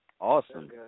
Awesome